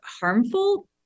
harmful